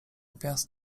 gwiazd